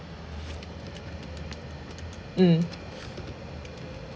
mm